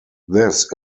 this